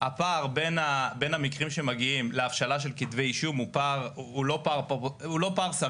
הפער בין המקרים שמגיעים להבשלה של כתבי אישום הוא לא פער סביר.